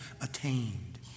attained